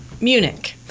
Munich